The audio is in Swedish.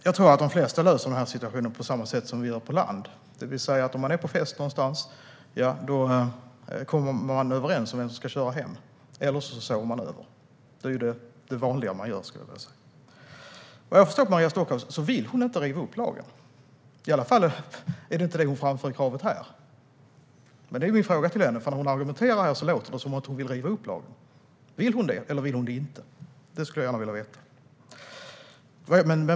Jag tror att de flesta löser situationen på samma sätt som man gör på land, det vill säga om man är på fest någonstans kommer man antingen överens om vem som ska köra hem eller så sover man över. Detta är det vanliga. Vad jag förstår vill Maria Stockhaus inte riva upp lagen, i varje fall är det inte vad hon kräver i sin interpellation. Men jag vill fråga henne om det, för på hennes argumentation här i kammaren låter det som om hon vill riva upp den. Vill hon det, eller vill hon inte det? Det vill jag gärna veta.